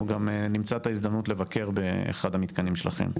אנחנו גם נמצא את ההזדמנות לבקר באחד המתקנים שלכם.